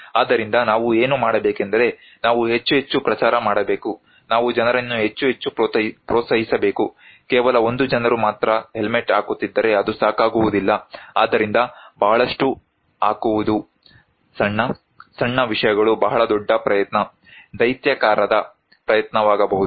ಆದ್ದರಿಂದ ನಾವು ಏನು ಮಾಡಬೇಕೆಂದರೆ ನಾವು ಹೆಚ್ಚು ಹೆಚ್ಚು ಪ್ರಚಾರ ಮಾಡಬೇಕು ನಾವು ಜನರನ್ನು ಹೆಚ್ಚು ಹೆಚ್ಚು ಪ್ರೋತ್ಸಾಹಿಸಬೇಕು ಕೇವಲ ಒಂದು ಜನರು ಮಾತ್ರ ಹೆಲ್ಮೆಟ್ ಹಾಕುತ್ತಿದ್ದಾರೆ ಅದು ಸಾಕಾಗುವುದಿಲ್ಲ ಆದ್ದರಿಂದ ಬಹಳಷ್ಟು ಹಾಕುವುದು ಸಣ್ಣ ಸಣ್ಣ ವಿಷಯಗಳು ಬಹಳ ದೊಡ್ಡ ಪ್ರಯತ್ನ ದೈತ್ಯಾಕಾರದ ಪ್ರಯತ್ನವಾಗಬಹುದು